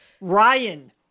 Ryan